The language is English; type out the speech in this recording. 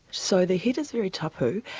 so the head is very tapu,